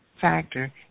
factor